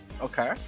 Okay